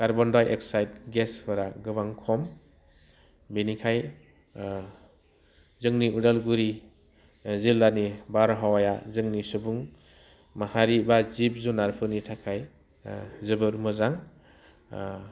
carbon dioxide गेसफोरा गोबां खम बेनिखायनो जोंनि उदालगुरि जिल्लानि बारहावाया जोंनि सुबुं माहारि बा जिब जुनारफोरनि थाखाय जोबोर मोजां